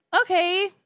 Okay